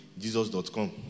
jesus.com